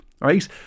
Right